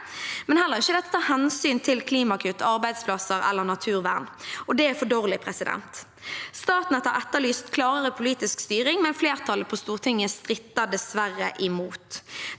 men heller ikke det tar hensyn til klimakutt, arbeidsplasser eller naturvern, og det er for dårlig. Statnett har etterlyst klarere politisk styring, men flertallet på Stortinget stritter dessverre imot.